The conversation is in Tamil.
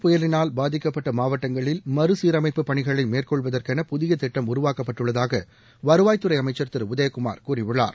புயலினால் பாதிக்கப்பட்ட மாவட்டங்களில் மறுசீரமைப்பு பணிகளை மேற்கொள்வதற்கென புதிய திட்டம் உருவாக்கப்பட்டுள்ளதாக வருவாய்த்துறை அமைச்சர் திரு உதயகுமார் கூறியுள்ளார்